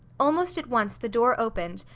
almost at once the door opened,